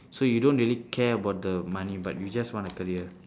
so you don't really care about the money but you just want a career